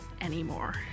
anymore